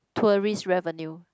tourist revenue